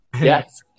Yes